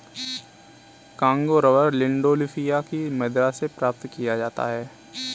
Congo rubber landolphia की मदिरा से प्राप्त किया जाता है